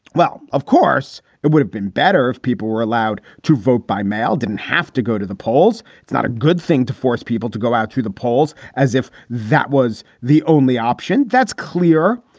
well, of course it would have. better if people were allowed to vote by mail. didn't have to go to the polls. it's not a good thing to force people to go out to the polls. as if that was the only option. that's clear.